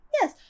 Yes